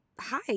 hi